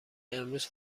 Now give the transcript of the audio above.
امروز